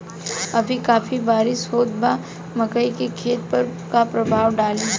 अभी काफी बरिस होत बा मकई के खेत पर का प्रभाव डालि?